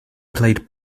played